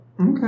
Okay